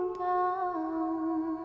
down